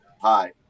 hi